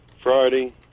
Friday